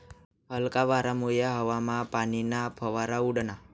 हलका वारामुये हवामा पाणीना फवारा उडना